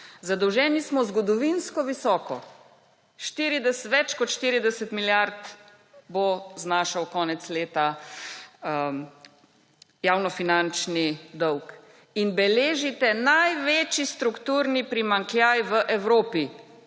Zadolženi smo zgodovinsko visoko. Več kot 40 milijard bo znašal konec leta javnofinančni dolg. Beležite največji strukturni primanjkljaj v Evropi,